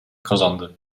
kazandı